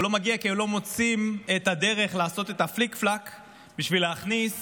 הוא לא מגיע כי לא מוצאים את הדרך לעשות את הפליק-פלאק בשביל להכניס